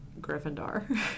Gryffindor